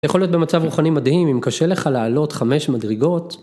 יכול להיות במצב רוחני מדהים אם קשה לך לעלות 5 מדרגות.